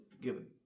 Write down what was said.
given